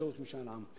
באמצעות משאל עם.